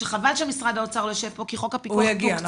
וחבל שמשרד האוצר לא יושב פה כי חוק הפיקוח תוקצב --- הוא יגיע.